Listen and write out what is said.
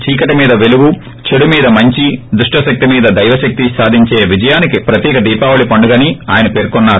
చీకటి మీద పెలుగు చెడు మీద మంచి దుష్ష శక్తి మీద దైవ శక్తి సాధించే విజయానికి ప్రతీక దీపావళి పండుగ అని ఆయన పేర్కోన్నారు